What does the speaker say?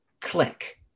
click